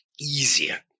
easier